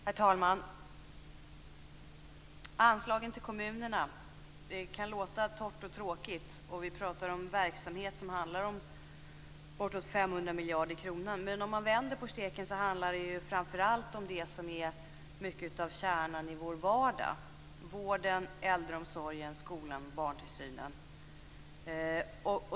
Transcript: Herr talman! Anslagen till kommunerna kan låta torrt och tråkigt när vi talar om en verksamhet som handlar om bortåt 500 miljarder kronor. Men om vi vänder på steken handlar det framför allt om det som är mycket av kärnan i vår vardag - vården, äldreomsorgen, skolan och barntillsynen.